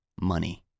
money